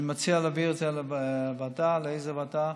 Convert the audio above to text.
אני מציע להעביר את זה לוועדה, לאיזו ועדה?